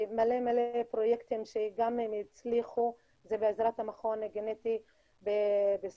הרבה פרויקטים שגם הצליחו זה בעזרת המכון הגנטי בסורוקה,